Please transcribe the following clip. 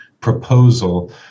proposal